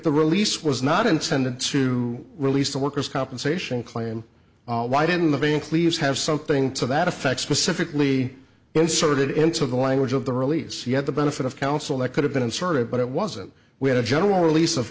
the release was not intended to release the workers compensation claim why didn't the bank leaves have something to that effect specifically inserted into the language of the release you had the benefit of counsel that could have been inserted but it wasn't we had a general release of